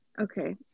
Okay